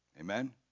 Amen